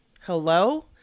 Hello